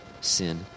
sin